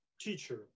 teacher